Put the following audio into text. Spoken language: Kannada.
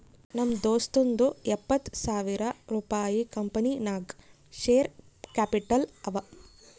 ನಮ್ ದೋಸ್ತುಂದೂ ಎಪ್ಪತ್ತ್ ಸಾವಿರ ರುಪಾಯಿ ಕಂಪನಿ ನಾಗ್ ಶೇರ್ ಕ್ಯಾಪಿಟಲ್ ಅವ